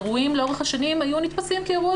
אירועים לאורך השנים היו נתפסים כאירוע